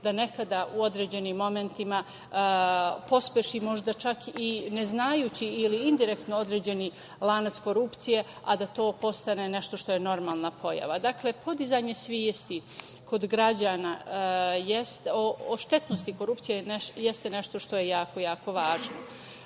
da nekada u određenim momentima pospeši možda čak i ne znajući ili indirektno određeni lanac korupcije, a da to postane nešto što je normalna pojava. Dakle, podizanje svesti kod građana o štetnosti korupcije je nešto što je jako važno.S